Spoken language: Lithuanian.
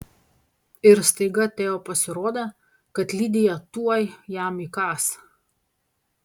ir staiga teo pasirodė kad lidija tuoj jam įkąs